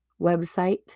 website